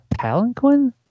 palanquin